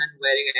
wearing